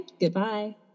Goodbye